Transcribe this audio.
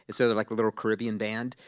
so they're like a little caribbean band.